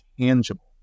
tangible